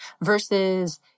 Versus